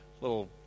little